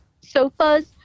sofas